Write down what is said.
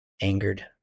angered